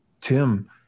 Tim